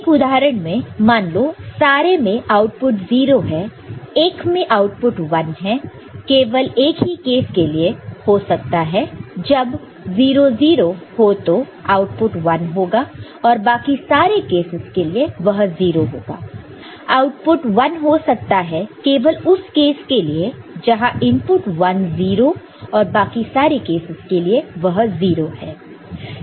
एक उदाहरण में मान लो सारे में आउटपुट 0 है एक में आउटपुट 1 केवल एक ही केस के लिए हो सकता है जब 00 हो तो आउटपुट 1 होगा और बाकी सारे केसस के लिए वह 0 होगा आउटपुट 1 हो सकता है केवल उस केस के लिए जहां पर इनपुट 1 0 और बाकी सारे केसस के लिए वह 0 है